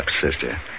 sister